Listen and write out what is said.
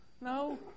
No